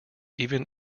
even